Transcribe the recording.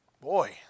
Boy